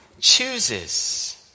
chooses